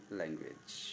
language